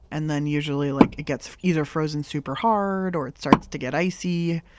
and then usually like it gets either frozen super hard, or it starts to get icy,